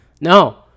No